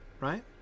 right